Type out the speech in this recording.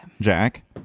Jack